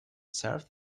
serve